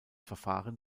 verfahren